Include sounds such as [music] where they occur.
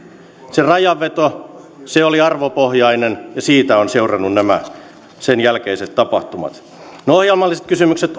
se rajanveto se oli arvopohjainen ja siitä ovat seuranneet nämä sen jälkeiset tapahtumat ohjelmalliset kysymykset [unintelligible]